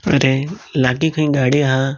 अरे लागीं खंय गाडी हा